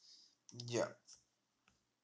ya